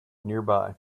nearby